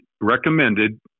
recommended